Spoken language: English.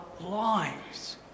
lives